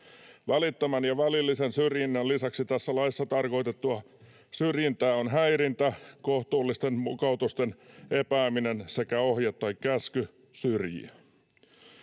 Välittömän ja välillisen syrjinnän lisäksi tässä laissa tarkoitettua syrjintää on häirintä, kohtuullisten mukautusten epääminen sekä ohje tai käsky syrjiä.’”